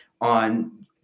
on